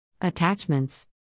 Attachments